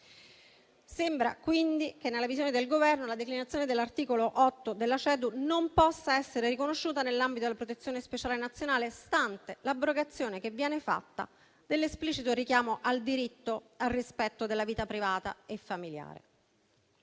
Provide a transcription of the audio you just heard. Sembra quindi che nella visione del Governo la declinazione dell'articolo 8 della CEDU non possa essere riconosciuta nell'ambito della protezione speciale nazionale, stante l'abrogazione che viene fatta dell'esplicito richiamo al diritto al rispetto della vita privata e familiare.